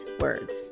words